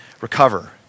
recover